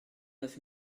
neuf